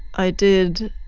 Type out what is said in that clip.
i did